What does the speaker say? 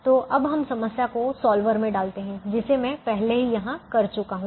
तो अब हम समस्या को सॉल्वर में डालते है जिसे मैं पहले ही यहां कर चुका हूं